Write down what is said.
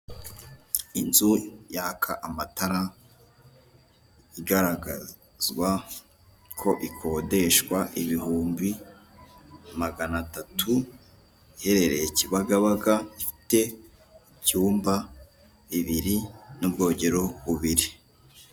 Inzu yaka amatara igaragazwa ko ikodeshwa ibihumbi magana atatu, iherereye kibagabaga, ifite ibyumba bibiri, n'ubwogero bubiri.